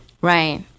Right